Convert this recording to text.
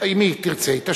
אם היא תרצה היא תשיב.